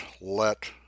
let